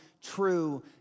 true